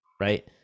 right